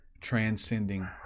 transcending